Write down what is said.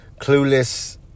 clueless